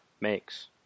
makes